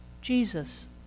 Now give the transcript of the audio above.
Jesus